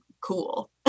cool